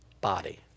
body